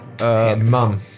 Mum